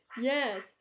Yes